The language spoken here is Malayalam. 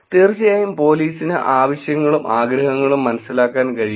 തീർച്ചയായും പോലീസിന് ആവശ്യങ്ങളും ആഗ്രഹങ്ങളും മനസ്സിലാക്കാൻ കഴിയും